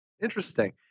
interesting